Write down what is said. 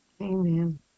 Amen